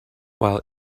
while